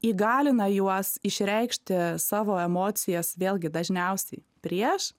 įgalina juos išreikšti savo emocijas vėlgi dažniausiai prieš